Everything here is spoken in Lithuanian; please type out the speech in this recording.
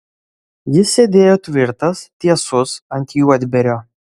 jis sėdėjo tvirtas tiesus ant juodbėrio